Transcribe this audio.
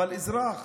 אבל אזרח